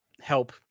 help